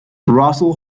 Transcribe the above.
russell